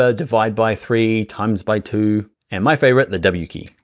ah divide by three, times by two, and my favorite, the w key.